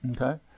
Okay